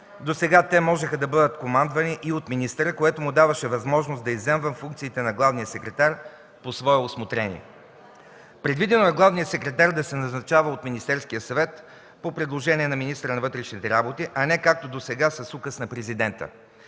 Досега те можеха да бъдат командвани и от министъра, което му даваше възможност да изземва функциите на главния секретар по свое усмотрение. Предвидено е главният секретар да се назначава от Министерския съвет по предложение на министъра на вътрешните работи, а не както досега – с указ на Президента.